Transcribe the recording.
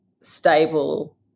stable